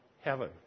heaven